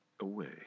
away